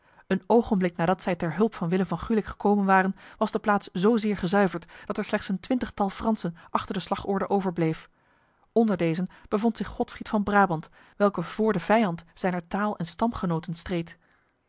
een ogenblik nadat zij ter hulp van willem van gulik gekomen waren was de plaats zozeer gezuiverd dat er slechts een twintigtal fransen achter de slagorde overbleef onder dezen bevond zich godfried van brabant welke voor de vijand zijner taal en stamgenoten streed